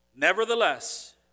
Nevertheless